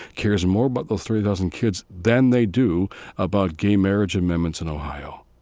cares more about those thirty thousand kids than they do about gay marriage amendments in ohio.